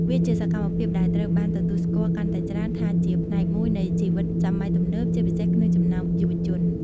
វាជាសកម្មភាពដែលត្រូវបានទទួលស្គាល់កាន់តែច្រើនថាជាផ្នែកមួយនៃជីវិតសម័យទំនើប ជាពិសេសក្នុងចំណោមយុវជន ។